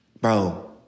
Bro